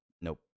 nope